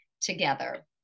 together